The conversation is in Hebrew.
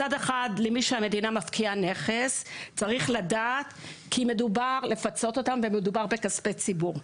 מצד אחד למי שהמדינה מפקיעה נכס צריך לפצות לאותם ומדובר בכספי ציבור,